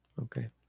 Okay